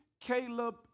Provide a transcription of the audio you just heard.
Caleb